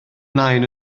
nain